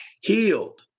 healed